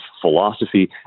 philosophy